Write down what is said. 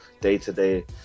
day-to-day